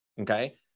okay